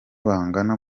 bangana